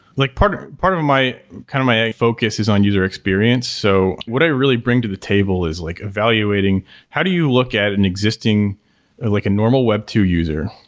like part part of my kind of my focus is on user experience. so what i really bring to the table is like evaluating how do you look at an existing like a normal web two user,